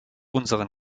unseren